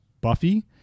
Buffy